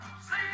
see